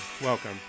Welcome